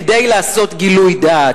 כדי לעשות "גילוי דעת".